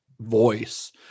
voice